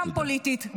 גם פוליטית,